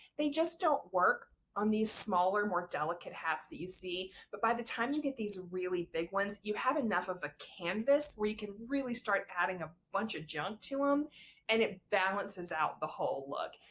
they just don't work on these smaller more delicate hats that you see, but by the time you get these really big ones you have enough of a canvas where you can really start adding a bunch of junk to them and it balances out the whole look.